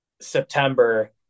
September